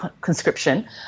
conscription